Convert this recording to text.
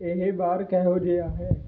ਇਹ ਬਾਹਰ ਕਿਹੋ ਜਿਹਾ ਹੈ